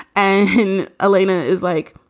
and then olina is like,